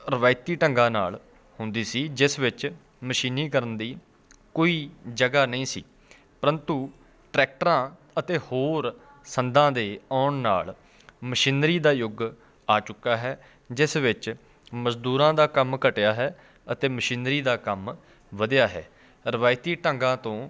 ਰਵਾਇਤੀ ਢੰਗਾਂ ਨਾਲ ਹੁੰਦੀ ਸੀ ਜਿਸ ਵਿੱਚ ਮਸ਼ੀਨੀਕਰਨ ਦੀ ਕੋਈ ਜਗ੍ਹਾ ਨਹੀਂ ਸੀ ਪ੍ਰੰਤੂ ਟਰੈਕਟਰਾਂ ਅਤੇ ਹੋਰ ਸੰਦਾਂ ਦੇ ਆਉਣ ਨਾਲ ਮਸ਼ੀਨਰੀ ਦਾ ਯੁੱਗ ਆ ਚੁੱਕਾ ਹੈ ਜਿਸ ਵਿੱਚ ਮਜਦੂਰਾਂ ਦਾ ਕੰਮ ਘਟਿਆ ਹੈ ਅਤੇ ਮਸ਼ੀਨਰੀ ਦਾ ਕੰਮ ਵਧਿਆ ਹੈ ਰਵਾਇਤੀ ਢੰਗਾਂ ਤੋਂ